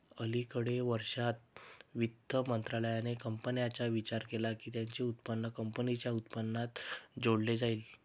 अलिकडे वर्षांत, वित्त मंत्रालयाने कंपन्यांचा विचार केला की त्यांचे उत्पन्न कंपनीच्या उत्पन्नात जोडले जाईल